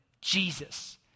Jesus